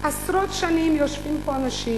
עשרות שנים יושבים פה אנשים